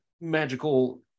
magical